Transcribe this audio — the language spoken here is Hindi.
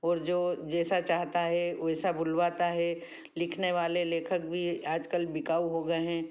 और जो जैसा चाहता है वैसा बुलवाता है लिखने वाले लेखक भी आज कल बिकाऊ हो गए हैं